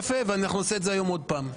יפה, ואנחנו נעשה את זה עוד פעם.